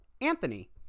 Anthony